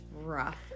rough